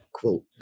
quote